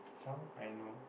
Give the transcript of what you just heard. someone I know